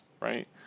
right